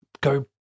go